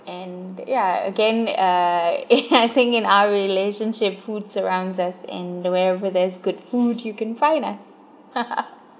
and ya again uh I think in our relationship food surrounds us and wherever there's good food you can find us